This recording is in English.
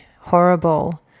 horrible